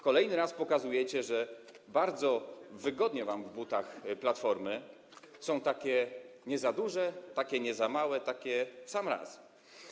Kolejny raz pokazujecie, że bardzo wygodnie wam w butach Platformy - są takie nie za duże, takie nie za małe, takie w sam raz.